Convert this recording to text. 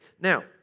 now